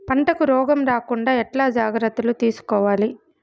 పంటకు రోగం రాకుండా ఎట్లా జాగ్రత్తలు తీసుకోవాలి?